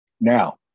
Now